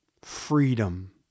freedom